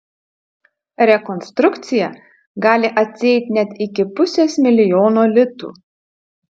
rekonstrukcija gali atsieit net iki pusės milijono litų